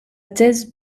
thèse